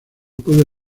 puede